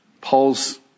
Paul's